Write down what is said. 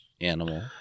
animal